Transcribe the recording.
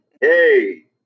Hey